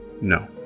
No